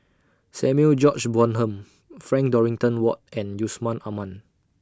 Samuel George Bonham Frank Dorrington Ward and Yusman Aman